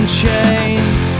chains